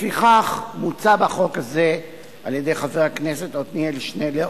לפיכך מוצע בחוק זה על-ידי חבר הכנסת עתניאל שנלר,